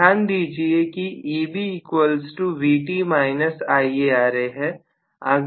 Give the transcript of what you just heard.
ध्यान दीजिए कि EbVt IaRa है